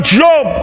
job